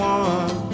one